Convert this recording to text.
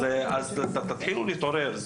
לכן תתחילו להתעורר,